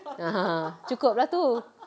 (uh huh) cukup lah tu